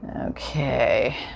Okay